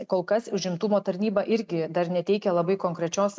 kol kas užimtumo tarnyba irgi dar neteikia labai konkrečios